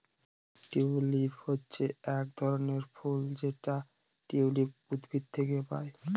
tulip হচ্ছে এক ধরনের ফুল যেটা টিউলিপ উদ্ভিদ থেকে পায়